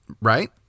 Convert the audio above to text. right